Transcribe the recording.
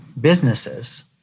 businesses